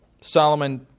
solomon